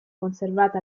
conservata